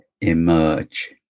emerge